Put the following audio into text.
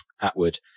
Atwood